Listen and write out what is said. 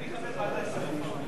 אני אינני חבר ועדת כספים,